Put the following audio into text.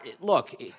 look